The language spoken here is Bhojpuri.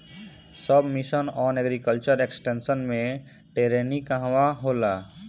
सब मिशन आन एग्रीकल्चर एक्सटेंशन मै टेरेनीं कहवा कहा होला?